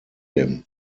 him